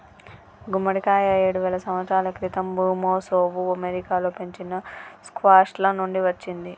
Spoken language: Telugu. గుమ్మడికాయ ఏడువేల సంవత్సరాల క్రితం ఋమెసోఋ అమెరికాలో పెంచిన స్క్వాష్ల నుండి వచ్చింది